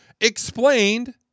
explained